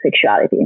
sexuality